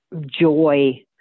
joy